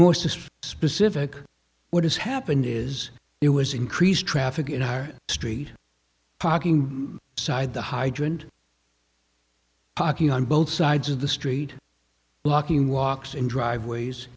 system specific what has happened is it was increased traffic in our street parking side the hydrant parking on both sides of the street blocking walks in driveways